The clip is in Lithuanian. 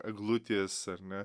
eglutės ar ne